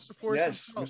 Yes